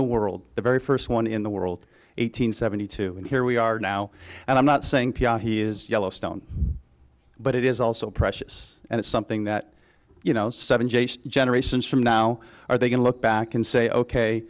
the world the very first one in the world eight hundred seventy two and here we are now and i'm not saying he is yellowstone but it is also precious and it's something that you know seven generations from now or they can look back and say ok